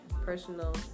personal